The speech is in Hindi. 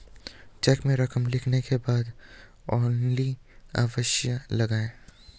चेक में रकम लिखने के बाद ओन्ली अवश्य लगाएँ